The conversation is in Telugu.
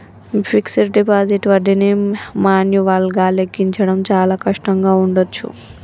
మీ ఫిక్స్డ్ డిపాజిట్ వడ్డీని మాన్యువల్గా లెక్కించడం చాలా కష్టంగా ఉండచ్చు